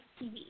tv